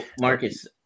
Marcus